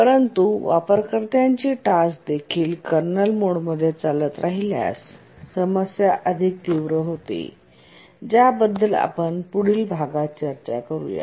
परंतु वापरकर्त्याची टास्क देखील कर्नल मोडमध्ये चालत राहिल्यास समस्या अधिक तीव्र होते ज्याबद्दल आपण पुढील भागात चर्चा करूया